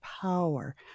power